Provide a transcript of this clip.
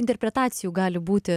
interpretacijų gali būti